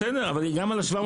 בסדר, אבל הם מוכנים גם ל-700.